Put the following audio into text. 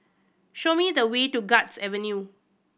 show me the way to Guards Avenue